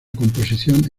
composición